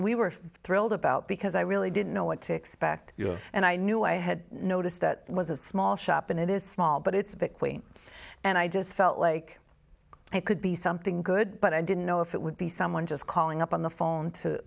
we were thrilled about because i really didn't know what to expect and i knew i had noticed that it was a small shop and it is small but it's picked wayne and i just felt like it could be something good but i didn't know if it would be someone just calling up on the phone to